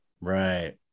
right